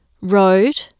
Road